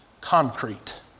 concrete